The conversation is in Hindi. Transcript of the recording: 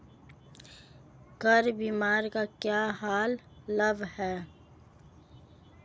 कार बीमा का क्या लाभ है?